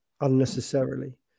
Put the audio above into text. unnecessarily